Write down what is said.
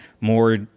more